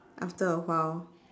after a while